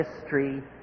history